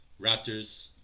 Raptors